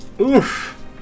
Oof